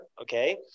okay